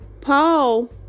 Paul